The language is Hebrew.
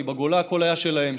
כי בגולה הכול היה שלהם,